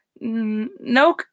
No